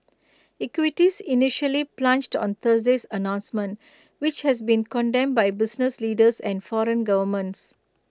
equities initially plunged on Thursday's announcement which has been condemned by business leaders and foreign governments